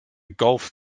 golf